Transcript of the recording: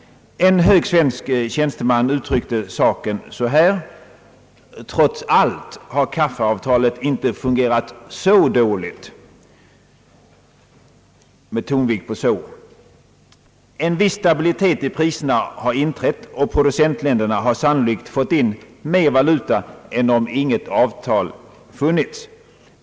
En hög svensk tjänsteman uttryckte detta så här: »Trots allt har kaffeavtalet inte fungerat så dåligt.» En viss stabilitet i priserna har inträtt och producentländerna har sannolikt fått in mer valuta än om inget avtal funnits.